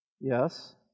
Yes